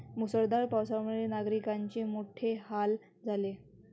मुसळधार पावसामुळे नागरिकांचे मोठे हाल झाले